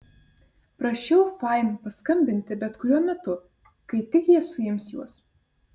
prašiau fain paskambinti bet kuriuo metu kai tik jie suims juos